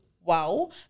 wow